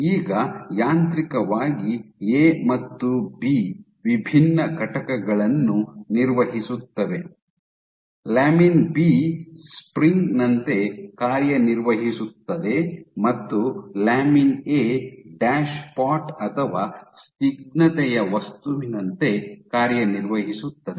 ಈಗ ಯಾಂತ್ರಿಕವಾಗಿ ಎ ಮತ್ತು ಬಿ ವಿಭಿನ್ನ ಘಟಕಗಳನ್ನು ನಿರ್ವಹಿಸುತ್ತವೆ ಲ್ಯಾಮಿನ್ ಬಿ ಸ್ಪ್ರಿಂಗ್ ನಂತೆ ಕಾರ್ಯನಿರ್ವಹಿಸುತ್ತದೆ ಮತ್ತು ಲ್ಯಾಮಿನ್ ಎ ಡ್ಯಾಶ್ಪಾಟ್ ಅಥವಾ ಸ್ನಿಗ್ಧತೆಯ ವಸ್ತುವಿನಂತೆ ಕಾರ್ಯನಿರ್ವಹಿಸುತ್ತದೆ